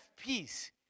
peace